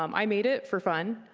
um i made it for fun.